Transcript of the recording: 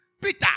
Peter